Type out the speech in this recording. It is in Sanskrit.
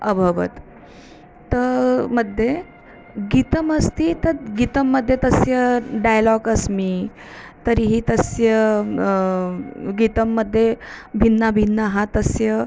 अभवत् ते मध्ये गीतमस्ति तद् गीतं मस्ये तस्य डैलाग् अस्ति तर्हि तस्य गीतं मध्ये भिन्नभिन्नं तस्य